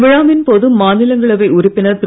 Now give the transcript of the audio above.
விழாவின்போது மாநிலங்களவை உறுப்பினர் திரு